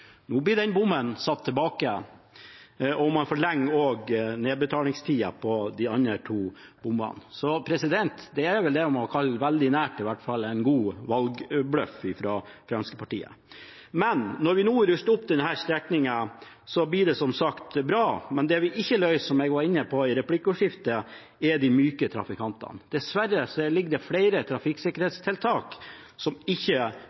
Nå blir den bommen satt tilbake, og man forlenger også nedbetalingstiden for de andre to bommene. Det er vel det man – i alle fall veldig nært – kan kalle en god valgbløff fra Fremskrittspartiet. Når vi nå ruster opp denne strekningen, blir det som sagt bra. Men det vi ikke løser, som jeg var inne på i replikkordskiftet, er problemene for de myke trafikantene. Dessverre er det flere trafikksikkerhetstiltak som ikke